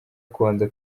kubanza